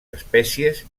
espècies